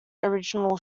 original